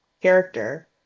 character